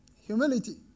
Humility